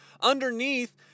underneath